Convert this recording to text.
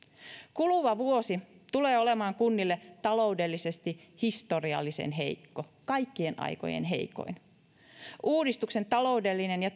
kuluva vuosi tulee olemaan kunnille taloudellisesti historiallisen heikko kaikkien aikojen heikoin uudistuksen taloudellinen ja